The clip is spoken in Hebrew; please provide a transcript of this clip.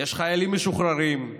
יש חיילים משוחררים,